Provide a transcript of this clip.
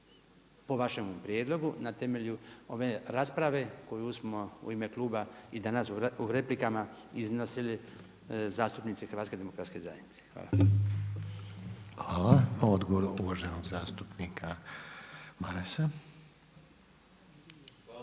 po vašemu prijedlogu na temelju ove rasprave koju smo u ime kluba i danas u replikama iznosili zastupnici HDZ-a. Hvala. **Reiner, Željko (HDZ)** Hvala. Odgovor uvaženog zastupnika Marasa. **Maras,